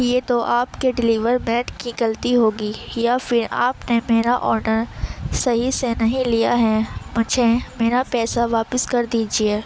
یہ تو آپ کے ڈلیور مینڈ کی غلطی ہوگی یا پھر آپ نے میرا آڈر صحیح سے نہیں لیا ہے مجھے میرا پیسہ واپس کر دیجیے